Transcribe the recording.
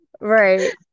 Right